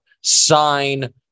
sign